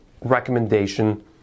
recommendation